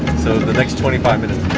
so the next twenty five minutes.